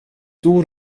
stor